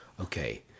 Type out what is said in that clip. Okay